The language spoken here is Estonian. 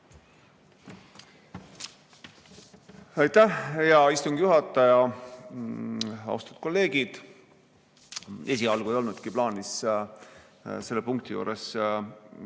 Aitäh, hea istungi juhataja! Austatud kolleegid! Esialgu ei olnudki plaanis selle punkti juures